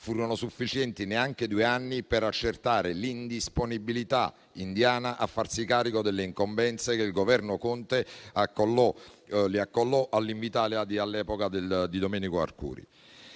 Furono sufficienti neanche due anni per accertare l'indisponibilità indiana a farsi carico delle incombenze che il Governo Conte accollò a Invitalia, all'epoca di Domenico Arcuri.